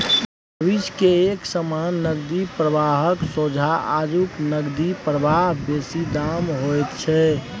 भविष्य के एक समान नकदी प्रवाहक सोंझा आजुक नकदी प्रवाह बेसी दामी होइत छै